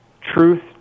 truth